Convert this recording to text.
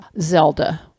Zelda